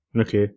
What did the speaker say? Okay